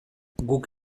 guk